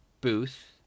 booth